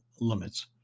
limits